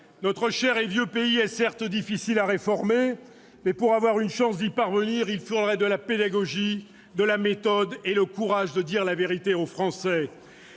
notre cher et vieux pays est certes difficile à réformer mais, pour avoir une chance d'y parvenir, il faudrait de la pédagogie, de la méthode et le courage de dire la vérité aux Français.